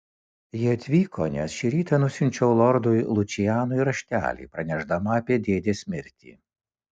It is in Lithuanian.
jie atvyko nes šį rytą nusiunčiau lordui lučianui raštelį pranešdama apie dėdės mirtį